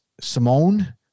Simone